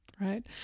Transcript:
right